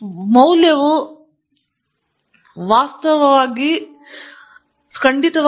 ಸಾಮಾನ್ಯ ವೃತ್ತಿಯ ಮಾರ್ಗಗಳನ್ನು ಹೊಂದಿದ ಜನರನ್ನು ಮತ್ತು ದೊಡ್ಡವರನ್ನು ನೀವು ತೆಗೆದುಕೊಳ್ಳಬಹುದು ಮತ್ತು ಜೀವಿತಾವಧಿಯ ಗಳಿಕೆಗಳ ಪ್ರಕಾರ 10 ಪ್ರತಿಶತ ಹೆಚ್ಚು